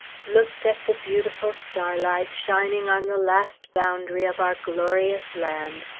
looked at the beautiful starlight shining on the last boundary of our glorious land,